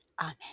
Amen